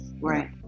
Right